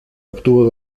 obtuvo